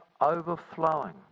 overflowing